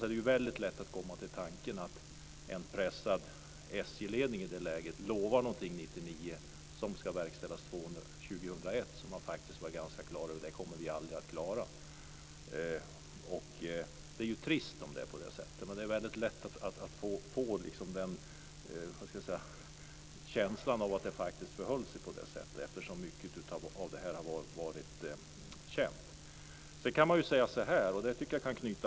Det är lätt att tänka sig att en pressad SJ-ledning i det läget under 1999 lovar att någonting ska verkställas 2001 och som de är medvetna om att de inte kommer att klara. Det är trist om det är så. Det är lätt att få känslan att det har förhållit sig så eftersom mycket har varit känt.